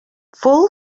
full